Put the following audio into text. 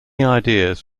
ideas